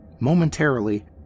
Momentarily